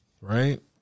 Right